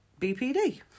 BPD